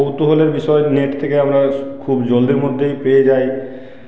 কৌতূহলের বিষয় নেট থেকে আমরা খুব জলদির মধ্যেই পেয়ে যাই